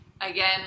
again